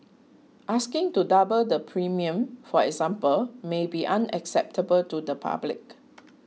asking to double the premium for example may be unacceptable to the public